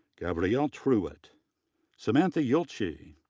gabrielle truitt, samantha yeah ueltschi,